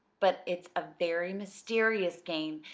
but it's a very mysterious game,